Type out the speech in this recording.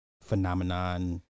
phenomenon